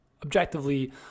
Objectively